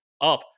up